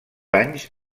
anys